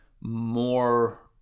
more